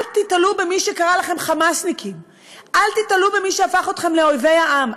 אל תיתלו במי שקרא לכם "חמאסניקים"; אל תיתלו במי שהפך אתכם לאויבי העם,